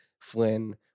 Flynn